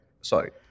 sorry